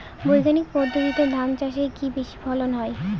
বৈজ্ঞানিক পদ্ধতিতে ধান চাষে কি বেশী ফলন হয়?